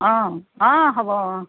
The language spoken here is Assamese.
অঁ অঁ হ'ব অঁ